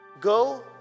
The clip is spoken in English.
Go